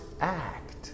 act